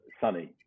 sunny